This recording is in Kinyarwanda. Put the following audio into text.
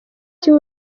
cya